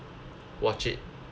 watch it